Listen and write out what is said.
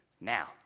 now